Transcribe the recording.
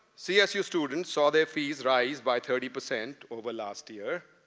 csu students saw their fees rise by thirty percent over last year.